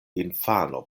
infano